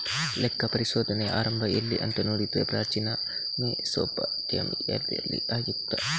ಲೆಕ್ಕ ಪರಿಶೋಧನೆಯ ಆರಂಭ ಎಲ್ಲಿ ಅಂತ ನೋಡಿದ್ರೆ ಪ್ರಾಚೀನ ಮೆಸೊಪಟ್ಯಾಮಿಯಾದಲ್ಲಿ ಆಯ್ತು